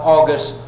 August